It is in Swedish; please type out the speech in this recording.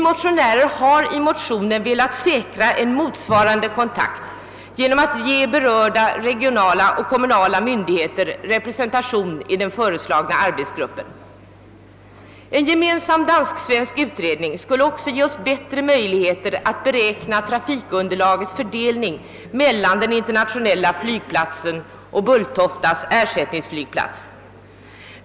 Vi motionärer har i motionen velat säkra en motsvarande kontakt genom att ge berörda regionala och kommunala myndigheter representation i den föreslagna arbetsgruppen. En gemensam dansk-svensk utredning skulle också ge oss bättre möjligheter att beräkna trafikunderlagets fördelning mellan den internationella flygplatsen och Bulltoftas ersättningsflygplats.